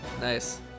Nice